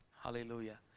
hallelujah